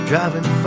driving